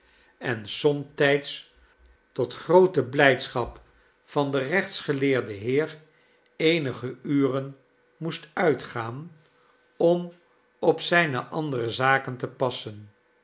en somtijds tot groote blijdschap van den rechtsgeleerden heer eenige uren moest uitgaan om op zijne and ere zaken te passen